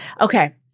Okay